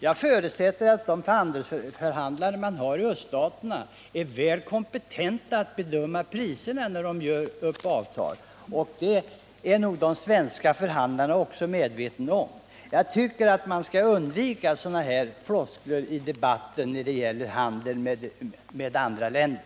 Jag förutsätter att de handelsförhandlare man har i öststaterna är helt kompetenta att bedöma priserna när de sluter avtal, och det är nog de svenska företagarna medvetna om. Jag tycker att man skall undvika sådana här floskler i debatter när det gäller handel med andra länder.